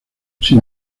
sin